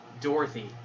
Dorothy